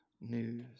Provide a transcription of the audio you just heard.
news